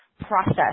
process